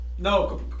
No